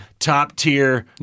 Top-tier